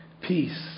peace